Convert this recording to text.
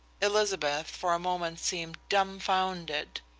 elizabeth for a moment seemed dumbfounded.